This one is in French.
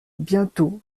bientôt